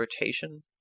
rotation